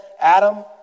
Adam